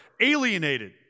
Alienated